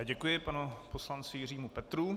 Děkuji panu poslanci Jiřímu Petrů.